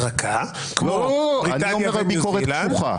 כוח מוחלט במינוי שופטים.